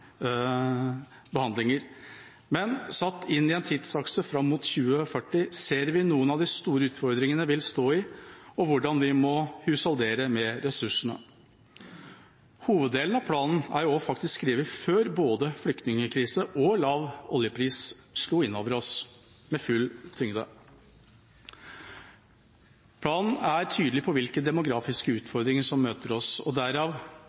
Men satt inn i en tidsakse fram mot 2040 ser vi noen av de store utfordringene vi vil stå i, og hvordan vi må husholdere med ressursene. Hoveddelen av planen er faktisk skrevet før både flyktningkrise og lav oljepris slo inn over oss med full tyngde. Planen er tydelig på hvilke demografiske utfordringer som møter oss, og derav